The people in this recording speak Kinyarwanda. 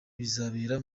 bizabera